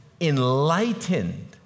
enlightened